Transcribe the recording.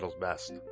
best